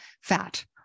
fat